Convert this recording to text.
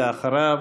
אחריו,